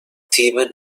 theban